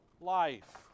life